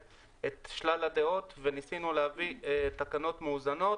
את שלל הדעות וניסינו להביא תקנות מאוזנות